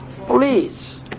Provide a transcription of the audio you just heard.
Please